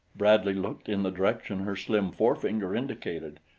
bradley looked in the direction her slim forefinger indicated.